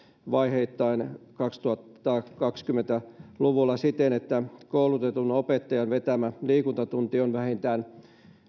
vaiheittain kaksituhattakaksikymmentä luvulla siten että koulutetun opettajan vetämä liikuntatunti on vähintään